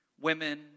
women